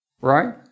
right